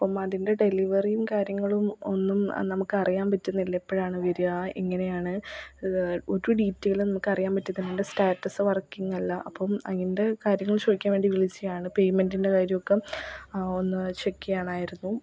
അപ്പം അതിൻ്റെ ഡെലിവറിയും കാര്യങ്ങളും ഒന്നും നമുക്കറിയാൻ പറ്റുന്നില്ല എപ്പോഴാണ് വരിക എങ്ങനെയാണ് ഒരു ഡീറ്റെയ്ലും നമുക്കറിയാൻ പറ്റാത്തതു കൊണ്ട് സ്റ്റാറ്റസ് വർക്കിങ്ങല്ല അപ്പം അതിൻ്റെ കാര്യങ്ങൾ ചോദിക്കാൻ വേണ്ടി വിളിച്ചതാണ് പേയ്മെൻ്റിൻ്റെ കാര്യമൊക്കെ ഒന്നു ചെക്ക് ചെയ്യണമായിരുന്നു